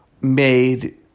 made